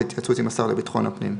בהתייעצות עם השר לביטחון הפנים.